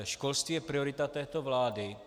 Školství je priorita této vlády.